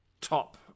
top